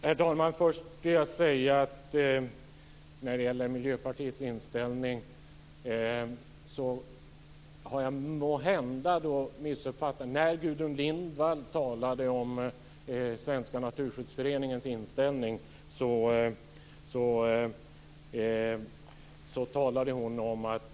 Herr talman! Först vill jag säga att jag måhända har missuppfattat Miljöpartiets inställning. När Gudrun Lindvall talade om Svenska naturskyddsföreningens inställning talade hon om att...